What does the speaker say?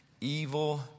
evil